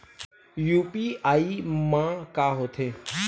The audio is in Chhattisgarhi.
यू.पी.आई मा का होथे?